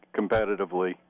competitively